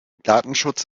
datenschutz